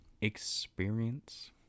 experience